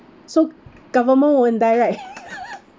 so government won't die right